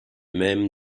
même